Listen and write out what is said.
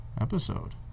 episode